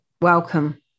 Welcome